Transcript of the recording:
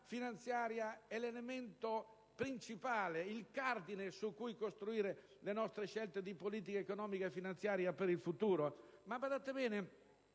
finanziaria è l'elemento principale, il cardine su cui costruire le nostre scelte di politica economica e finanziaria per il futuro? Badate bene,